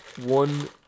one